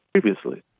previously